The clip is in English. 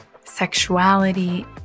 sexuality